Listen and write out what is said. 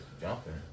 jumping